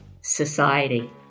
society